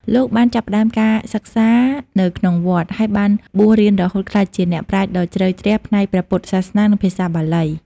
លោកបានចាប់ផ្ដើមការសិក្សានៅក្នុងវត្ត ហើយបានបួសរៀនរហូតក្លាយជាអ្នកប្រាជ្ញដ៏ជ្រៅជ្រះផ្នែកព្រះពុទ្ធសាសនា និងភាសាបាលី។